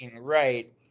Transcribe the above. right